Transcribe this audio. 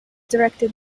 directed